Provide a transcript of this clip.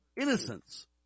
innocence